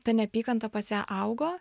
ta neapykanta pas ją augo